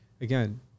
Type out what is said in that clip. again